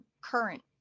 current